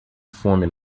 fome